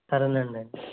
సరే నండి